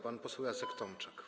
Pan poseł Jacek Tomczak.